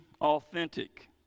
authentic